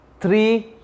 Three